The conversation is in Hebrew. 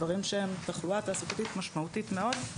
דברים שהם תחלואה תעסוקתית משמעותית מאוד,